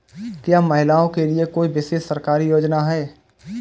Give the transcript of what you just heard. क्या महिलाओं के लिए कोई विशेष सरकारी योजना है?